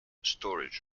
storage